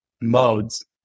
modes